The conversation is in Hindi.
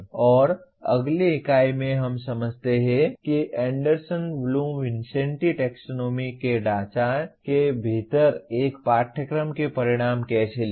और अगली इकाई में हम समझते हैं कि एंडरसन ब्लूम विन्सेंटी टैक्सोनॉमी के ढांचे के भीतर एक पाठ्यक्रम के परिणाम कैसे लिखें